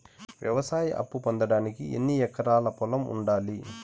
వ్యవసాయ అప్పు పొందడానికి ఎన్ని ఎకరాల పొలం ఉండాలి?